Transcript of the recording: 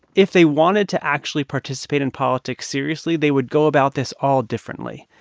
if they wanted to actually participate in politics seriously, they would go about this all differently.